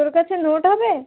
তোর কাছে নোট হবে